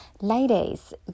Ladies